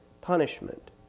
punishment